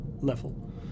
level